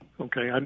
Okay